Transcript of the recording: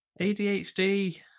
ADHD